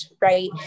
right